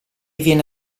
viene